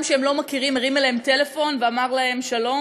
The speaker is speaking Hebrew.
שהם לא מכירים הרים אליהם טלפון ואמר להם: שלום,